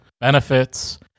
benefits